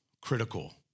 critical